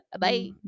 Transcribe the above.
Bye